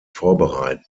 vorbereiten